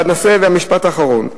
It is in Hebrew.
משפט אחרון: